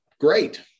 Great